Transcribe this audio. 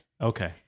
Okay